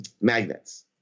magnets